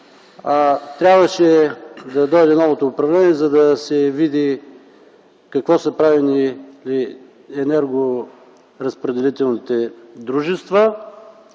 Трябваше да дойде новото управление, за да се види какво са правили енергоразпределителните дружества